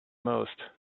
most